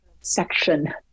section